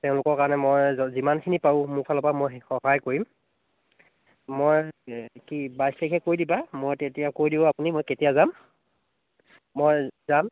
তেওঁলোকৰ কাৰণে মই য যিমানখিনি পাৰোঁ মোৰ ফালৰ পৰা মই সহায় কৰিম মই কি বাইছ তাৰিখে কৈ দিবা মই তেতিয়া কৈ দিম আপুনি মই কেতিয়া যাম মই যাম